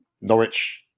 Norwich